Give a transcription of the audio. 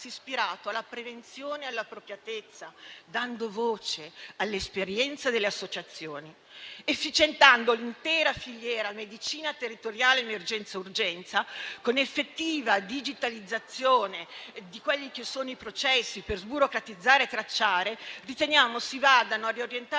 ispirato alla prevenzione e all'appropriatezza, dando voce all'esperienza delle associazioni. Efficientando l'intera filiera medicina territoriale-emergenza-urgenza, con effettiva digitalizzazione di quelli che sono i processi per sburocratizzare e tracciare, riteniamo si vadano a riorientare